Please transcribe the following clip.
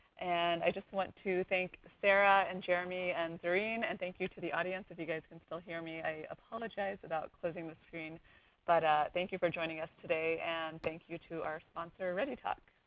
and i just want to thank sara and jeremy and zerreen. and thank you to the audience if you guys can still hear me, i apologize about closing the screen but ah thank you for joining us today. and thank you to our sponsor readytalk.